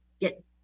get